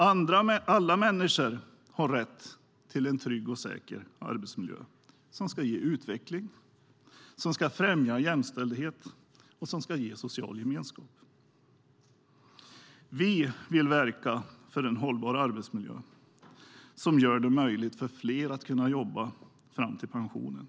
Alla människor har rätt till en trygg och säker arbetsmiljö som ska ge utveckling, som ska främja jämställdhet och som ska ge social gemenskap. Vi vill verka för en hållbar arbetsmiljö som gör det möjligt för fler att jobba fram till pensionen.